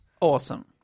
Awesome